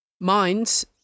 minds